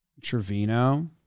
Trevino